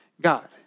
God